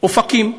אופקים: